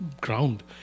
ground